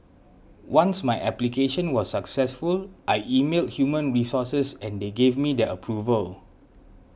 once my application was successful I emailed human resources and they gave me their approval